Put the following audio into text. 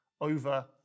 over